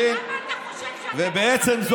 למה אתה חושב שאתם, מאיפה זה בא.